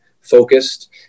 focused